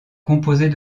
composés